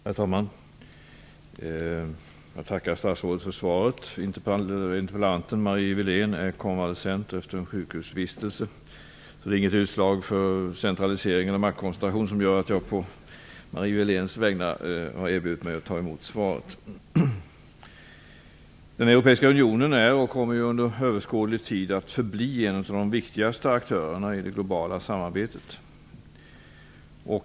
Herr talman! Jag tackar statsrådet för svaret. Interpellanten Marie Wilén är konvalescent efter en sjukhusvistelse, så det är inte ett utslag av centralisering eller maktkoncentration när jag på hennes vägnar har erbjudit mig att ta emot svaret. Den europeiska unionen är och kommer under överskådlig tid att förbli en av de viktigaste aktörerna i det globala samarbetet.